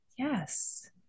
yes